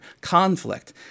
conflict